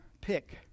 pick